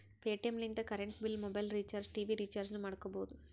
Paytm ಲಿಂತ current bill, mobile recharge, TV ರಿಚಾರ್ಜನೂ ಮಾಡ್ಕೋಬೋದು